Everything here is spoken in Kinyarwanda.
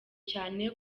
cyane